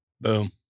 Boom